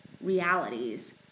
realities